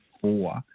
four